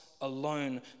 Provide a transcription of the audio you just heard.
alone